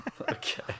Okay